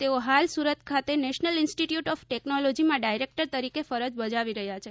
તેઓ હાલ સુરત ખાતે નેશનલ ઇન્સ્ટિટ્યૂટ ઓફ ટેક્નોલોજીમાં ડાયરેકટર તરીકે ફરજ બજાવી રહ્યા છે